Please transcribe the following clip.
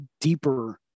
deeper